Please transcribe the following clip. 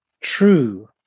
true